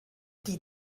die